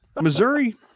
Missouri